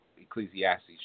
Ecclesiastes